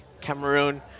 Cameroon